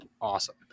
awesome